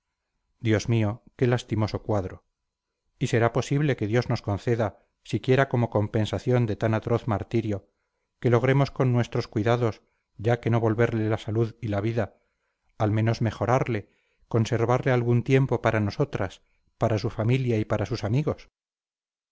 dios mío qué lastimoso cuadro y será posible que dios nos conceda siquiera como compensación de tan atroz martirio que logremos con nuestros cuidados ya que no volverle la salud y la vida al menos mejorarle conservarle algún tiempo para nosotras para su familia y para sus amigos